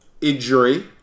Injury